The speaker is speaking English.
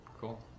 cool